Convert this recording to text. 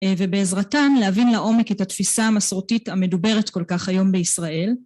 ובעזרתן, להבין לעומק את התפיסה המסורתית המדוברת כל כך היום בישראל.